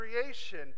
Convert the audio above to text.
creation